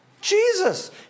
Jesus